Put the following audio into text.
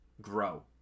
grow